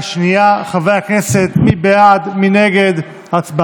יעקב אשר,